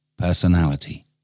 Personality